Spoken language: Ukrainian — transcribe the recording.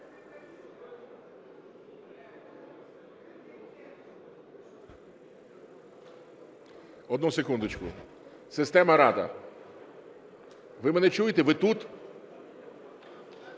Одну секундочку, система "Рада", ви мене чуєте, ви тут?